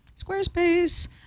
Squarespace